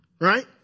right